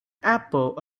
apple